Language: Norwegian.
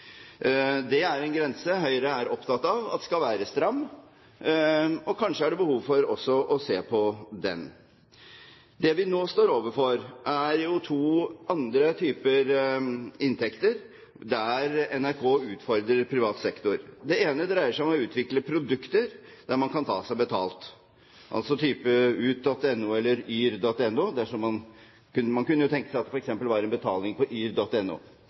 Dét er en grense som Høyre er opptatt av skal være stram, og kanskje er det også behov for å se på den. Det vi nå står overfor, er to andre typer inntekter, der NRK utfordrer privat sektor. Det ene dreier seg om å utvikle produkter der man kan ta seg betalt, altså type UT.no eller yr.no. Man kunne jo tenke seg at det f.eks. var betaling på